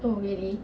oh really